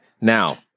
Now